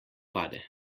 pade